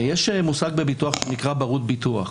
יש מושג בביטוח שנקרא "ברות ביטוח",